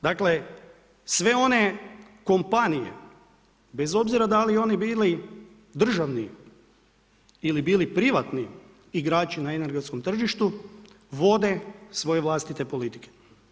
Dakle sve one kompanije, bez obzira da li oni bili državni ili bili privatni igrači na energetskom tržištu vode svoje vlastite politike.